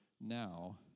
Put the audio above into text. now